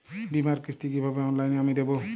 বীমার কিস্তি কিভাবে অনলাইনে আমি দেবো?